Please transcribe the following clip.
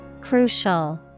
crucial